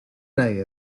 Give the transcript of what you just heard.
nadie